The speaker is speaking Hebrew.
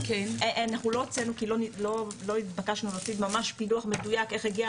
אנחנו לא הוצאנו כי לא התבקשנו להוציא ממש פילוח מדויק איך הגיע.